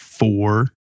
Four